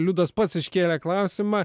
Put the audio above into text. liudas pats iškėlė klausimą